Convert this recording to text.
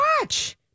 watch